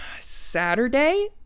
Saturday